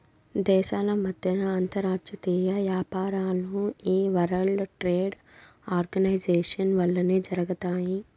దేశాల మద్దెన అంతర్జాతీయ యాపారాలు ఈ వరల్డ్ ట్రేడ్ ఆర్గనైజేషన్ వల్లనే జరగతాయి